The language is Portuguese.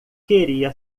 queria